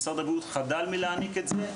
משרד הבריאות חדל מלהעניק את זה,